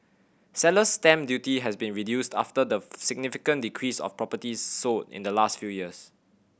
seller's stamp duty has been reduced after the significant decrease of properties sold in the last few years